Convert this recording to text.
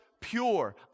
pure